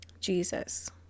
Jesus